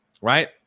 right